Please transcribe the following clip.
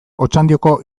otxandioko